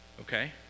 Okay